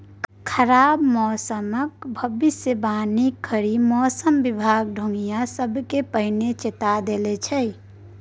खराब मौसमक भबिसबाणी कए मौसम बिभाग गोढ़िया सबकेँ पहिने चेता दैत छै